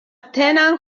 tenant